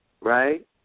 right